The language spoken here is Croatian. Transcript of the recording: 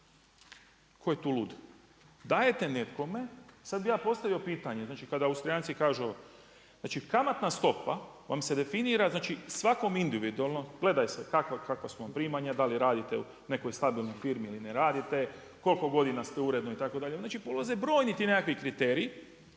Tko je tu lud? Dajete nekome, sada bi ja postavio pitanje, znači kada Austrijanci kažu, znači kamatna stopa vam se definira, znači svakom individualno, gledaj sad, kakva su vam primanja, da li radite u nekoj stabilnoj firmi ili ne radite, koliko ste godina ste uredno, itd. Znači ulaze brojni ti nekakvi kriteriji